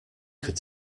could